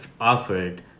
offered